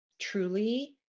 truly